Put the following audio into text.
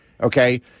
Okay